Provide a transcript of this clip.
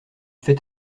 fait